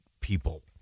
people